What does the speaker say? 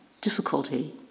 difficulty